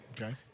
Okay